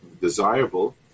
desirable